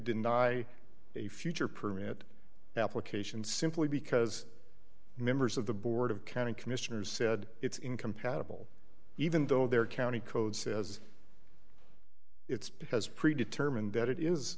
deny a future permit application simply because members of the board of county commissioners said it's incompatible even though their county code says it's because pre determined that it